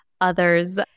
others